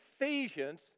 Ephesians